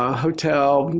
ah hotel